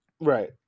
right